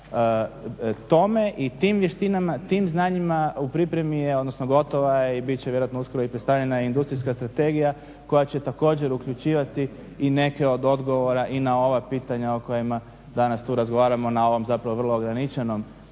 tome i tim vještinama, tim znanjima u pripremi je, odnosno gotova je i bit će vjerojatno uskoro i predstavljena industrijska strategija koja će također uključivati i neke od odgovora i na ova pitanja o kojima danas tu razgovaramo na ovom zapravo vrlo ograničenom